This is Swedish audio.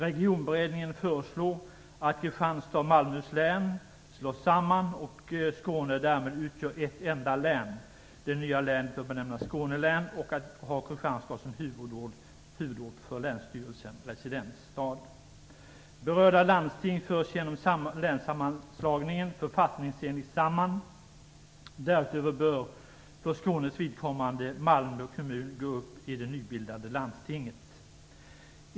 Regionberedningen föreslår att Skåne därmed utgör ett enda län. Det nya länet bör benämnas Skåne län och ha Kristianstad som huvudort för länsstyrelsen, residensstad. Berörda landsting förs genom länssammanslagningen författningsenligt samman. Därutöver bör för Skånes vidkommande Malmö kommun gå upp i det nybildade landstinget.